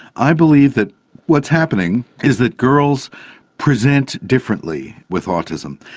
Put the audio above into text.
i believe that what's happening is that girls present differently with autism.